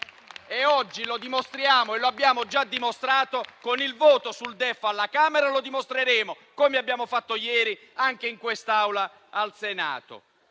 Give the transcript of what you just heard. E lo dimostriamo oggi, lo abbiamo già dimostrato con il voto sul DEF alla Camera e lo dimostreremo - come abbiamo fatto ieri - anche in quest'Aula al Senato.